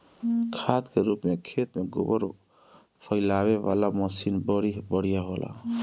खाद के रूप में खेत में गोबर फइलावे वाला मशीन बड़ी बढ़िया होला